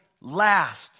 last